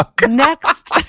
Next